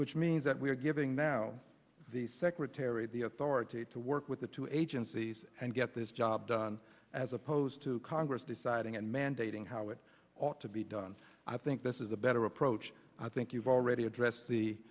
which means that we are giving now the secretary the authority to work with the two agencies and get this job done as opposed to congress deciding and mandating how it ought to be done i think this is a better approach i think you've already addressed the